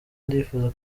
ndifuza